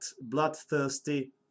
bloodthirsty